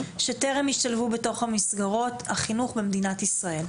שטרם השתלבו בתוך מסגרות החינוך במדינת ישראל.